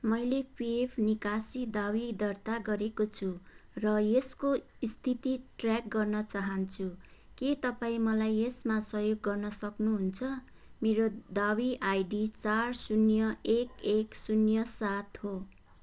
मैले पिएफ निकासी दावी दर्ता गरेको छु र यसको स्थिति ट्र्याक गर्न चाहन्छु के तपाईँ मलाई यसमा सहयोग गर्न सक्नुहुन्छ मेरो दावी आइडी चार शून्य एक एक शून्य सात हो